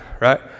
right